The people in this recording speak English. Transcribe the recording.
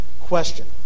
question